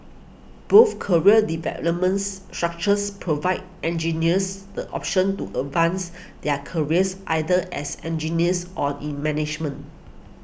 both career developments structures provide engineers the option to advance their careers either as engineers or in management